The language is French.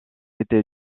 été